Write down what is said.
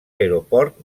aeroport